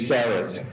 Sarah's